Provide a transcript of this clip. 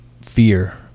fear